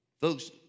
Folks